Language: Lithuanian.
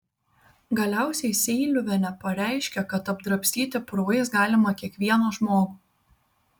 galiausiai seiliuvienė pareiškė kad apdrabstyti purvais galima kiekvieną žmogų